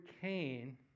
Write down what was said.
Cain